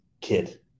kid